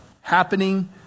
happening